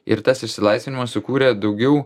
ir tas išsilaisvinimas sukūrė daugiau